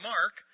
Mark